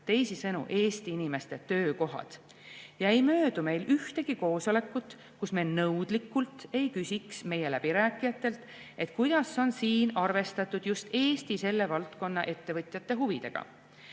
teisisõnu, Eesti inimeste töökohad. Ei möödu meil ühtegi koosolekut, kus me nõudlikult ei küsiks meie läbirääkijatelt, kuidas on siin arvestatud just Eesti selle valdkonna ettevõtjate huve.